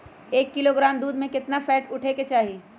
एक किलोग्राम दूध में केतना फैट उठे के चाही?